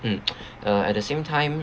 um uh at the same time